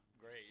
great